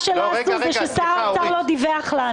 מה שלא עשו הוא ששר האוצר לא דיווח לנו.